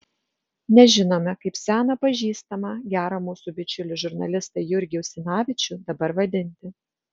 nežinome kaip seną pažįstamą gerą mūsų bičiulį žurnalistą jurgį usinavičių dabar vadinti